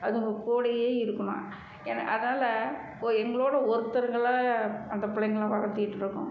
அதுங்க கூடயே இருக்கணும் ஏனால் அதனாலே ஓ எங்களோடு ஒருத்தர்களாக அந்த பிள்ளைங்கள வளர்த்திட்டு இருக்கோம்